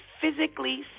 physically